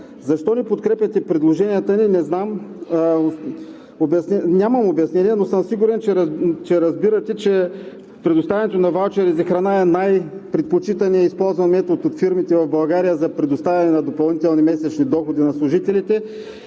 Защо не подкрепяте предложенията ни не знам. Нямам обяснение, но съм сигурен, че разбирате, че предоставянето на ваучери за храна е най-предпочитаният използван метод от фирмите в България за предоставяне на допълнителни месечни доходи на служителите